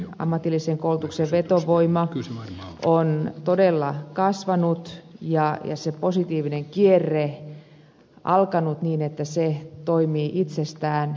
ammatillisen koulutuksen vetovoima on todella kasvanut ja se positiivinen kierre alkanut niin että se toimii jo itsestään